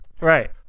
Right